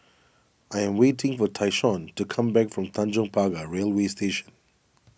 I am waiting for Tyshawn to come back from Tanjong Pagar Railway Station